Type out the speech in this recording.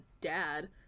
dad